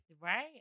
Right